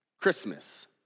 Christmas